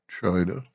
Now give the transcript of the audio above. China